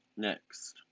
next